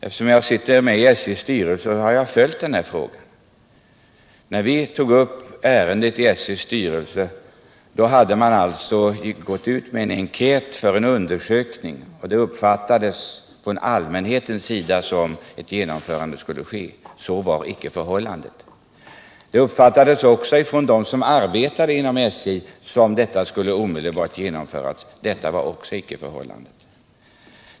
Eftersom jag sitter med i SJ:s styrelse har jag följt frågan. När vi tog upp ärendet i styrelsen hade SJ gått ut med en enkätundersökning, och det uppfattades från allmänhetens sida som att ett genomförande skulle ske. Så var icke förhållandet. Det uppfattades också av dem som arbetade inom SJ som att detta omedelbart skulle genomföras. Så var icke heller förhållandet.